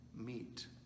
meet